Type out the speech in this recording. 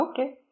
Okay